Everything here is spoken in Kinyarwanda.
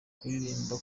kuririmba